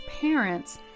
parents